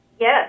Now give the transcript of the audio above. yes